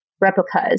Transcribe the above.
replicas